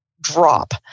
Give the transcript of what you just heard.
drop